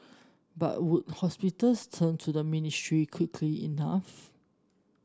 but would hospitals turn to the ministry quickly enough